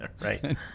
right